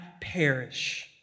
perish